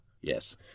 Yes